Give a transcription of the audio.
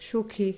সুখী